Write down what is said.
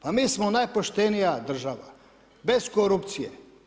Pa mi smo najpoštenija država, bez korupcije.